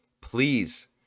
please